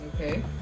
Okay